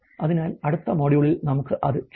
അതിനാൽ അടുത്ത മൊഡ്യൂളിൽ നമുക്ക് അത് ചെയ്യാം